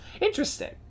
Interesting